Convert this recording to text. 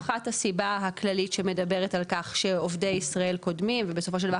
אחת הסיבה הכללית שמדברת על כך שעובדי ישראל קודמים ובסופו של דבר,